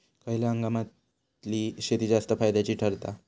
खयल्या हंगामातली शेती जास्त फायद्याची ठरता?